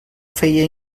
feia